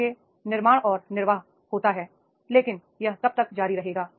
इसलिए निर्माण और निर्वाह होता है लेकिन यह कब तक जारी रहेगा